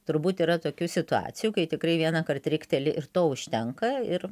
turbūt yra tokių situacijų kai tikrai vienąkart rikteli ir to užtenka ir